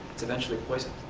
is eventually poisoned.